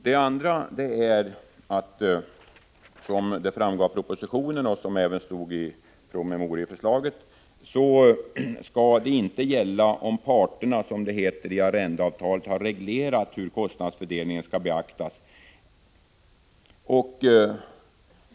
Det andra är att reglerna inte skall tillämpas om parterna i arrendeavtalet har reglerat hur kostnadsförändringar skall beaktas.